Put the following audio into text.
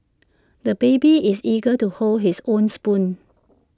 the baby is eager to hold his own spoon